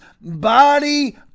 body